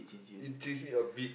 it teach me a bit